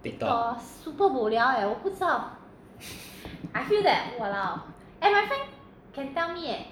Tiktok